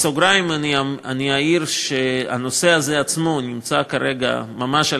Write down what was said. בסוגריים אני אעיר שהנושא הזה עצמו נמצא כרגע ממש על